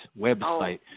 website